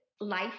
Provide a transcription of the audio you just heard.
life